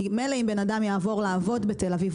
כי מילא אם בן אדם יעבור לעבוד בתל אביב.